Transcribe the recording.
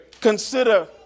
Consider